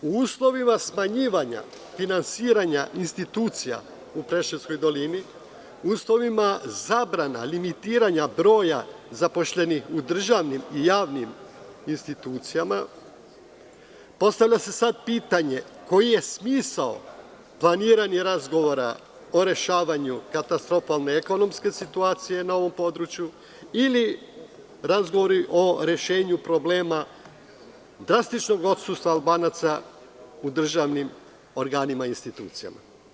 U uslovima smanjivanja finansiranja institucija u preševskoj dolini, u uslovima zabrana limitiranja broja zaposlenih u državnim i javnim institucijama, postavlja se pitanje koji je smisao planiranja razgovora o rešavanju katastrofalne ekonomske situacije na ovom području, ili razgovori o rešenju problema drastičnog odsustva Albanaca u državnim organima i institucijama.